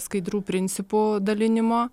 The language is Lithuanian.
skaidrių principų dalinimo